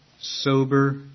sober